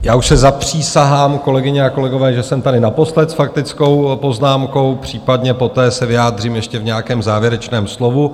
Já už se zapřísahám, kolegyně a kolegové, že jsem tady naposled s faktickou poznámkou, případně poté se vyjádřím ještě v nějakém závěrečném slovu.